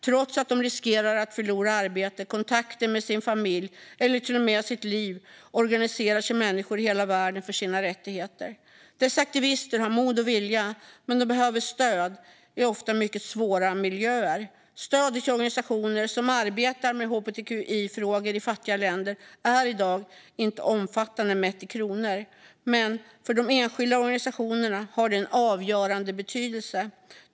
Trots att de riskerar att förlora arbetet, kontakten med familjen och till och med livet organiserar sig människor i hela världen för sina rättigheter. Dessa aktivister har mod och vilja, men de behöver stöd i ofta mycket svåra miljöer. Stödet till organisationer som arbetar med hbtqi-frågor i fattiga länder är i dag inte omfattande mätt i kronor, men för de enskilda organisationerna har det en avgörande betydelse.